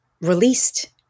released